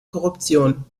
korruption